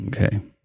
okay